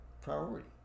priority